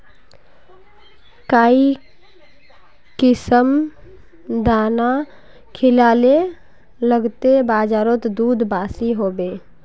काई किसम दाना खिलाले लगते बजारोत दूध बासी होवे?